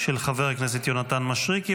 של חבר הכנסת יונתן מישרקי.